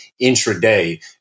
intraday